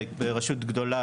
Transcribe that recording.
וברשות גדולה,